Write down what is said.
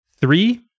Three